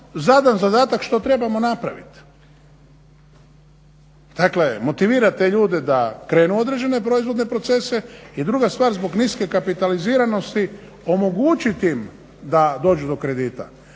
zadan zadatak što trebamo napraviti. Dakle, motivirat te ljude da krenu u određene proizvodne procese i druga stvar zbog niske kapitaliziranosti omogućit im da dođu do kredita.